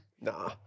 Nah